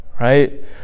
right